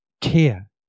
Care